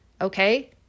okay